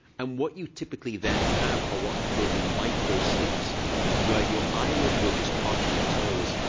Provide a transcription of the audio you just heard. and what you typically then have are what are called microsleeps where your eyelid will just partially close,